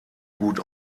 gut